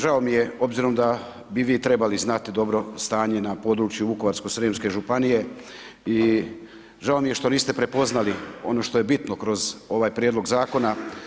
Žao mi je obzirom da bi vi trebali znati dobro stanje na području Vukovarsko-srijemske županije i žao mi je što niste prepoznali ono što je bitno kroz ovaj prijedlog zakona.